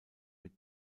mit